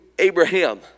abraham